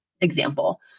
example